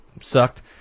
Sucked